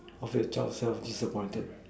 of the child self disappointed